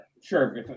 Sure